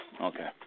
Okay